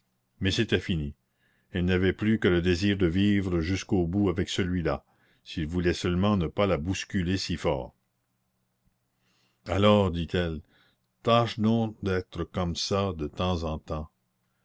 mais c'était fini elle n'avait plus que le désir de vivre jusqu'au bout avec celui-là s'il voulait seulement ne pas la bousculer si fort alors dit-elle tâche donc d'être comme ça de temps en temps